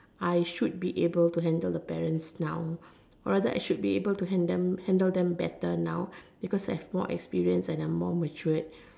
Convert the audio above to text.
I should be able to handle the parents now or rather I should be able to handle them handle better now because I have more experience and I am more matured